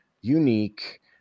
unique